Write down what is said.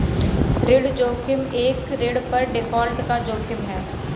ऋण जोखिम एक ऋण पर डिफ़ॉल्ट का जोखिम है